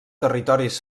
territoris